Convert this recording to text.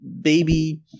baby